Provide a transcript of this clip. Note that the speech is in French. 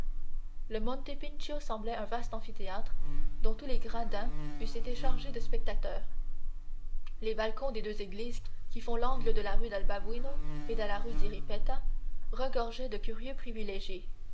le monte pincio semblait un vaste amphithéâtre dont tous les gradins eussent été chargés de spectateurs les balcons des deux églises qui font l'angle de la rue del babuino et de la rue di ripetta regorgeaient de curieux privilégiés